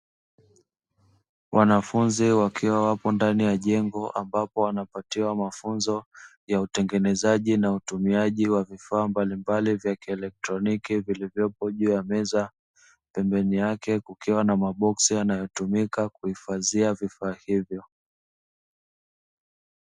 Wanafunzi wakiwa wapo ndani ya jengo ambapo wanapatiwa mafunzo ya utengenezaji na utumiaji wa vifaa mbalimbali vya kielektroniki vilivyopo juu ya meza, pembeni yake kukiwa na maboksi yanayotumika kuhifadhia vifaa hivyo.